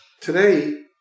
Today